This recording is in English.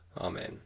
Amen